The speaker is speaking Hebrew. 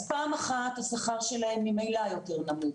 אז פעם אחת השכר שלהם ממילא יותר נמוך,